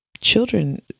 children